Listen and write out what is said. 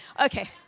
Okay